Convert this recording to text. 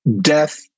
Death